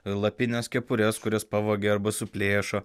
lapines kepures kurias pavagia arba suplėšo